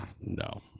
no